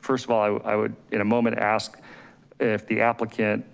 first of all, i would, in a moment ask if the applicant